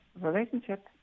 relationship